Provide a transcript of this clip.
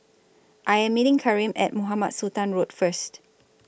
I Am meeting Karim At Mohamed Sultan Road First